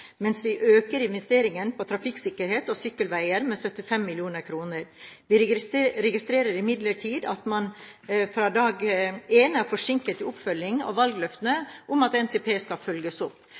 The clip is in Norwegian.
mens vi øker investeringer på trafikksikkerhet og sykkelveier med 75 mill. kr. Vi registrerer imidlertid at man fra dag én er forsinket i oppfølgingen av valgløftene om at NTP skal følges opp.